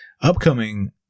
upcoming